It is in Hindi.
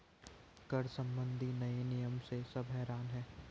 कर संबंधी नए नियम से सब हैरान हैं